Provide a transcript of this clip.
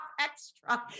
extra